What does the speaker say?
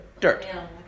Dirt